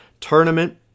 tournament